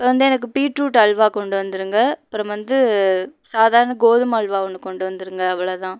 வந்து எனக்கு பீட்ரூட் அல்வா கொண்டு வந்துருங்கள் அப்புறம் வந்து சாதாரண கோதுமை அல்வா கொண்டு ஒன்று வந்துருங்கள் அவ்வளோ தான்